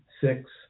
six